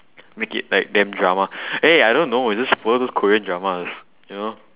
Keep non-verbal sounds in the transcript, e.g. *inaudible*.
make it like damn drama *breath* eh I don't know is just follow those korean dramas *breath* you know